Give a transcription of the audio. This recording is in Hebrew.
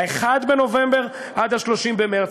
1 בנובמבר עד 30 במרס.